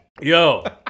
Yo